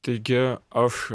taigi aš